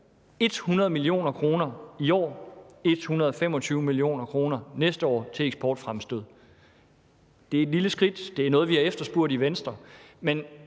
100 mio. kr. i år og 125 mio. kr. næste år til eksportfremstød. Det er et lille skridt; det er noget, vi har efterspurgt i Venstre.